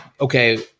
okay